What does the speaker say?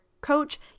coach